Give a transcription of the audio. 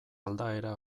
aldaera